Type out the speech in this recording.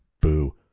Boo